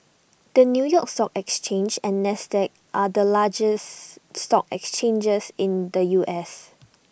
the new york stock exchange and Nasdaq are the largest stock exchanges in the U S